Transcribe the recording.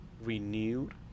renewed